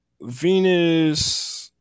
Venus